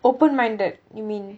open minded you mean